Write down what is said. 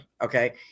Okay